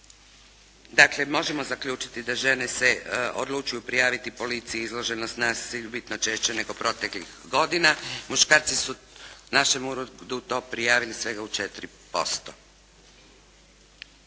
Dakle, možemo zaključiti da žene se odlučuju prijaviti policiji izloženost nasilju bitno češće nego proteklih godina. Muškarci su našem uredu to prijavili svega u 4%.